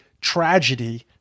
tragedy